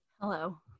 Hello